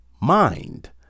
mind